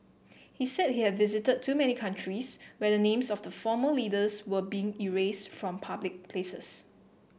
he said he had visited too many countries where the names of the former leaders were being erased from public places